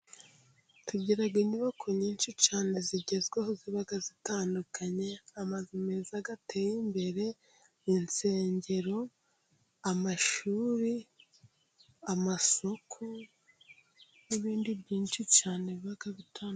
Tugira inyubako nyinshi cyane zigezweho zibaga zitandukanye, amazu meza ateye imbere, insengero, amashuri, amasoko, n'ibindi byinshi cyane biba bitandukanye.